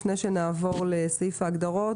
לפני שנעבור לסעיף ההגדרות,